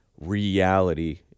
reality